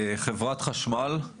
חברת חשמל, בבקשה.